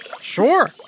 Sure